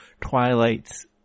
Twilight's